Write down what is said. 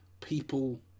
people